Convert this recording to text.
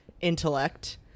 intellect